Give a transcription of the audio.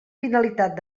finalitat